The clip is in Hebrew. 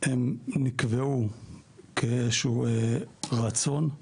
הם נקבעו כאיזשהו רצון.